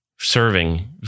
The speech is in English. Serving